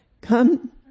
Come